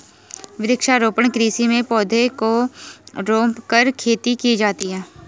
वृक्षारोपण कृषि में पौधों को रोंपकर खेती की जाती है